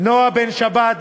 נועה בן-שבת,